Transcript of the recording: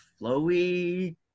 flowy